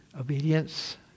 obedience